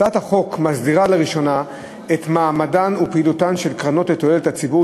הצעת החוק מסדירה לראשונה את מעמדן ופעילותן של קרנות לתועלת הציבור